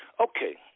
Okay